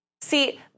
See